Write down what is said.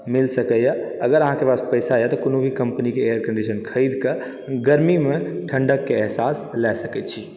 मिल सकइयऽअगर अहाँकेँ पास पैसा यऽ तऽ कोनो भी कम्पनी के एयर कन्डीशन खरीद कऽ गर्मीमे ठण्डकके एहसास लए सकइ छी